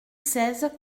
seize